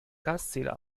gaszähler